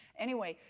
anyway,